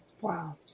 Wow